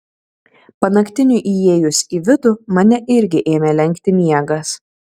panaktiniui įėjus į vidų mane irgi ėmė lenkti miegas